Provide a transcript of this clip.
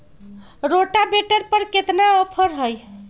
Rotavator पर केतना offer हव?